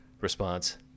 response